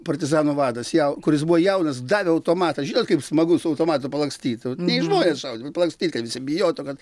partizanų vadas jau kuris buvo jaunas davė automatą žinot kaip smagu au automatu palakstyt ne į žmones šaudyt bet palakstyt kad visi bijotų kad